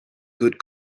good